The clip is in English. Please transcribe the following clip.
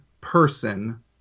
person